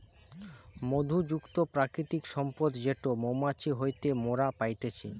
মধু যুক্ত প্রাকৃতিক সম্পদ যেটো মৌমাছি হইতে মোরা পাইতেছি